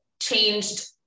changed